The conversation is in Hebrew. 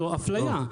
וזו אפליה.